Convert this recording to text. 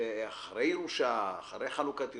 אחרי חלוקת ירושה,